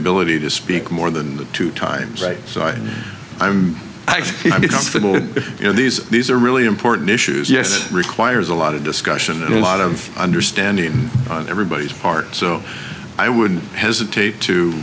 ability to speak more than two times right so i'd like to be comfortable you know these these are really important issues yes requires a lot of discussion and a lot of understanding on everybody's part so i wouldn't hesitate to